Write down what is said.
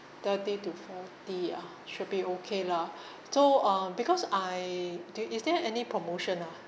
thirty to forty ah should be okay lah so um because I do you is there any promotion ah